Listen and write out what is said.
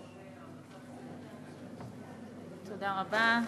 תודה רבה.